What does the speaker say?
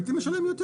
הייתי משלם יותר.